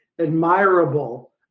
admirable